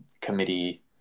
committee